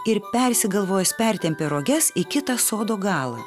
ir persigalvojus pertempė roges į kitą sodo galą